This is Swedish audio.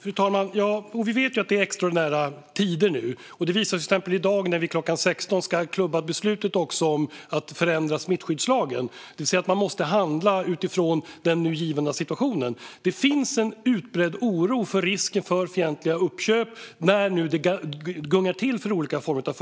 Fru talman! Vi vet att det nu är extraordinära tider. Det visas exempelvis i dag när vi kl. 16 ska klubba ett beslut om att förändra smittskyddslagen - man måste handla utifrån den nu givna situationen. Det finns en utbredd oro för risken för fientliga uppköp när det nu gungar till för olika företag.